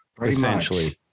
Essentially